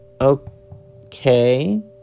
Okay